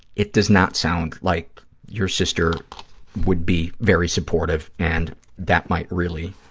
it does not sound like your sister would be very supportive and that might really